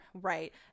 right